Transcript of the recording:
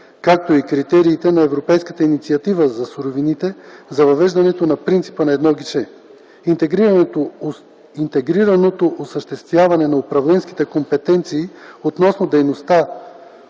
както и критериите на европейската „Инициатива за суровините” за въвеждане на принципа „на едно гише”. Интегрираното осъществяване на управленските компетенции относно дейностите